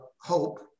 hope